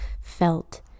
felt